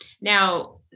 Now